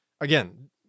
Again